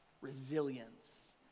resilience